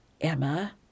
Emma